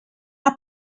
are